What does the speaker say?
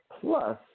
plus